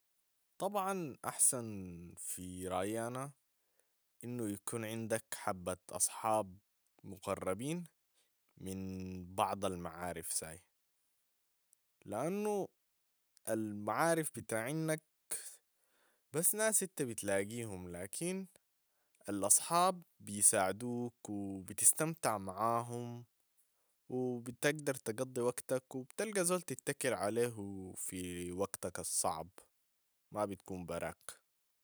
طبعا احسن في رايانا انو يكون عندك حبة اصحاب مقربين من بعض المعارف ساي، لانو المعارف بتاعينك بس ناس انت بتلاقيهم، لكن الاصحاب بيساعدوك و بتستمتع معاهم و بتقدر تقضي وقتك و بتلقى زول تتكل عليهو في وقتك الصعب ما بتكون براك.